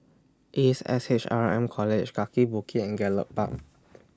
Ace S H R M College Kaki Bukit and Gallop Park